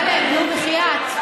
אבל, טלב, נו, בחייאת.